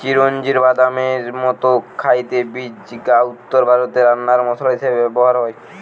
চিরোঞ্জির বাদামের মতো খাইতে বীজ গা উত্তরভারতে রান্নার মসলা হিসাবে ব্যভার হয়